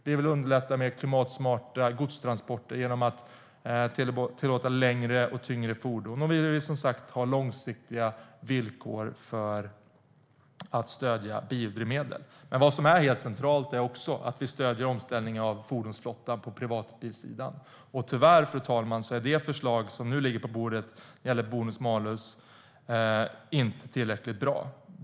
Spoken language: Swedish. Vi vill underlätta mer klimatsmarta godstransporter genom att tillåta längre och tyngre fordon, och vi vill som sagt ha långsiktiga villkor för att stödja biodrivmedel. Helt centralt är att vi stöder omställningen av fordonsflottan på privatbilssidan. Tyvärr är det förslag om bonus-malus som ligger på bordet inte tillräckligt bra.